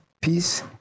peace